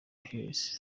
hills